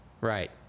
Right